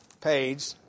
page